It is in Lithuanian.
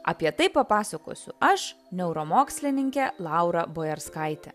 apie tai papasakosiu aš neuromokslininkė laura bojarskaitė